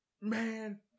man